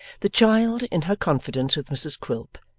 the child, in her confidence with mrs quilp,